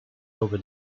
over